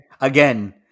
Again